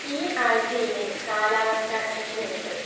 ഈ ആഴ്ചയിലെ കാലാവസ്ഥ എങ്ങനെയുണ്ട്